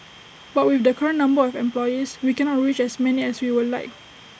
but with the current number of employees we cannot reach as many as we would like